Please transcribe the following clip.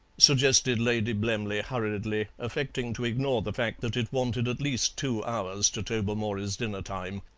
suggested lady blemley hurriedly, affecting to ignore the fact that it wanted at least two hours to tobermory's dinner-time.